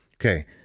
Okay